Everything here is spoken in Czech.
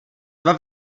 dva